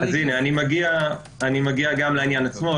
אז הנה, אני מגיע גם לעניין עצמו.